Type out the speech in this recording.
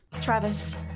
Travis